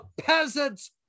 peasants